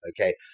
okay